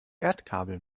erdkabel